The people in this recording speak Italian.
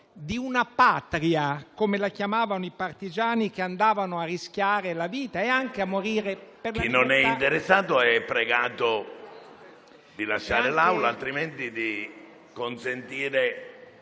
di una Patria, come la chiamavano i partigiani che andavano a rischiare la vita e anche a morire. *(Brusio).* PRESIDENTE. Chi non è interessato è pregato di lasciare l'Aula; altrimenti, deve consentire